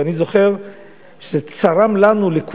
ואני זוכר שזה צרם לנו, לכולנו,